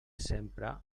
sempre